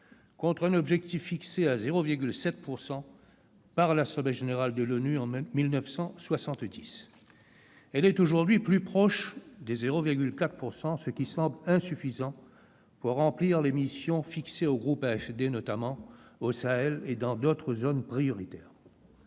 contre un objectif fixé à 0,7 % par l'Assemblée générale des Nations unies en 1970. Elle est aujourd'hui plus proche de 0,4 %, ce qui semble insuffisant pour remplir les missions fixées au groupe AFD notamment, au Sahel et dans d'autres zones prioritaires.